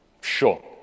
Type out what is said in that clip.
Sure